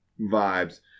vibes